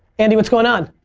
andy what's going on?